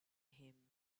him